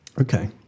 Okay